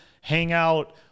hangout